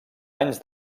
anys